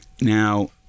Now